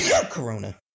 Corona